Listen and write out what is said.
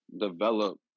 develop